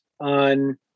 on